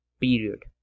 period